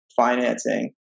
financing